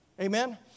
Amen